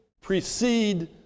precede